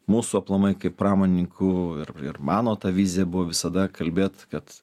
mūsų aplamai kaip pramonininkų ir ir mano ta vizija buvo visada kalbėt kad